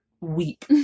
weep